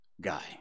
guy